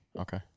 Okay